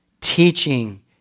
teaching